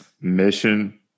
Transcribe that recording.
mission